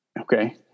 okay